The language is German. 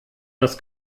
das